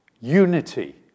Unity